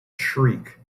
shriek